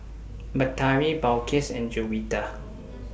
Batari Balqis and Juwita